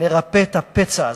נרפא את הפצע הזה,